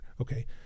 Okay